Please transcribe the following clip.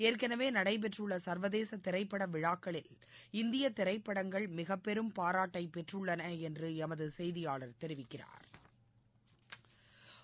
ஏற்களவே நடைபெற்றுள்ள சர்வதேச திரைப்பட விழாக்களில் இந்திய திரைப்படங்கள் மிகப்பெரும் பாராட்டை பெற்றுள்ளன என்று எமது செயதியாளா் தெரிவிக்கிறாா்